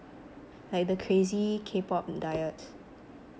like the crazy K-pop diets